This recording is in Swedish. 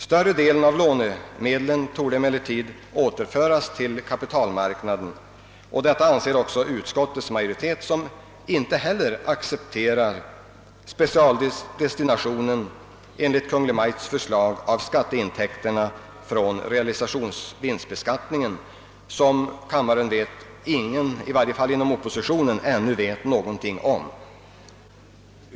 Större delen av lånemedlen torde emellertid återföras till kapitalmarknaden, och detta anser även utskottets majoritet som inte heller accepterar Kungl. Maj:ts förslag om specialdestination av skatteintäkterna från realisationsvinstbeskattningen, vilken ingen — i varje fall ingen inom oppositionen ännu vet någonting om.